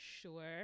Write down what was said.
sure